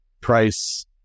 price